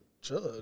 judge